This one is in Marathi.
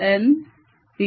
nP